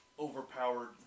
Overpowered